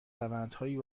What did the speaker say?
روندهایی